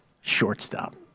shortstop